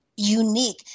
Unique